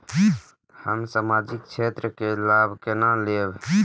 हम सामाजिक क्षेत्र के लाभ केना लैब?